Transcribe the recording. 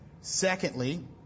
Secondly